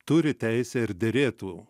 turi teisę ir derėtų